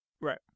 Right